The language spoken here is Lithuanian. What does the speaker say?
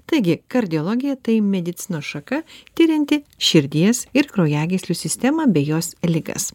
taigi kardiologija tai medicinos šaka tirianti širdies ir kraujagyslių sistemą bei jos ligas